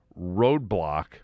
roadblock